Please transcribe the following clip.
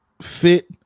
fit